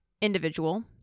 individual